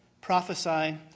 prophesy